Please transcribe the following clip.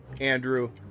Andrew